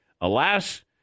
Alas